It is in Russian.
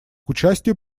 участию